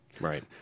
Right